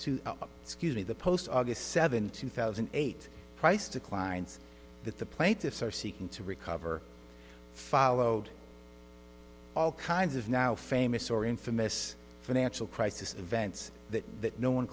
excuse me the post august seventh two thousand and eight price declines that the plaintiffs are seeking to recover followed all kinds of now famous or infamous financial crisis events that that no one